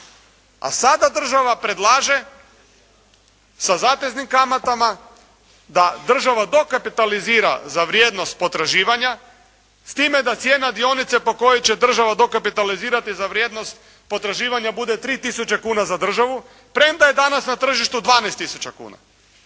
A sada država predlaže sa zateznim kamatama da država dokapitalizira za vrijednost potraživanja, s time da cijena dionice po kojoj će država dokapitalizirati za vrijednost potraživanja bude 3 tisuće kuna za državu. Premda je danas na tržištu 12 tisuća kuna.